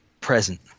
present